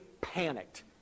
panicked